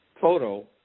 photo